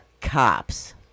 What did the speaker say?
cops